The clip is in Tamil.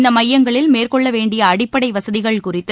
இந்த மையங்களில் மேற்கொள்ள வேண்டிய அடிப்படை வசதிகள் குறித்து